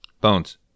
Bones